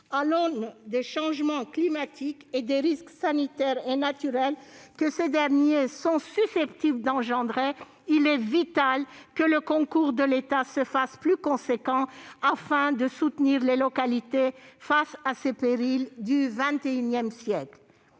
Face aux changements climatiques et aux risques sanitaires et naturels que ces derniers sont susceptibles d'entraîner, il est vital que le concours de l'État se fasse plus important, afin de soutenir les localités face à ces périls du XXI siècle.